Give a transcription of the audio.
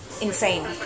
insane